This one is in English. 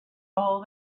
all